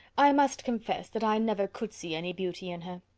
i must confess that i never could see any beauty in her.